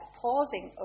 pausing